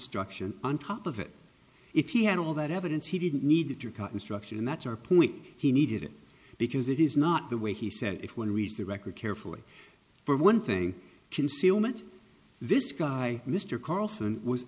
struction on top of it if he had all that evidence he didn't need to cut instruction that's our point he needed it because it is not the way he said if one reads the record carefully for one thing concealment this guy mr carlson was